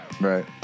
Right